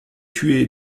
tué